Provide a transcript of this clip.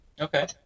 Okay